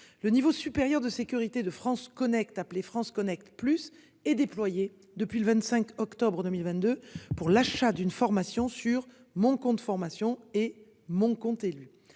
Le niveau supérieur de sécurité, de France Connect appeler France Connect plus est déployée depuis le 25 octobre 2022 pour l'achat d'une formation sur mon compte formation et mon compte élu